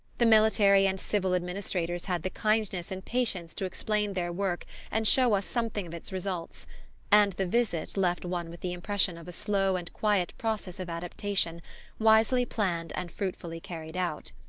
the military and civil administrators had the kindness and patience to explain their work and show us something of its results and the visit left one with the impression of a slow and quiet process of adaptation wisely planned and fruitfully carried out.